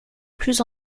plus